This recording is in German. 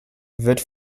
wird